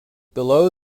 below